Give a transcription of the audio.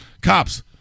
Cops